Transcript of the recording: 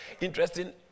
interesting